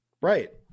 Right